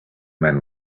man